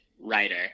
writer